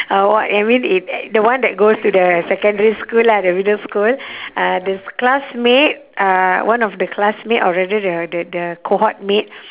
uh what you mean in the one that goes to the secondary school lah the middle school uh this classmate uh one of the classmate or rather the the the cohort mate